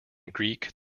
greek